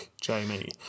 Jamie